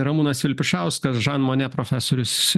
ramūnas vilpišauskas žan monė profesorius